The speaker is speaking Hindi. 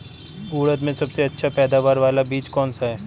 उड़द में सबसे अच्छा पैदावार वाला बीज कौन सा है?